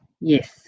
Yes